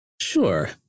Sure